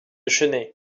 chennai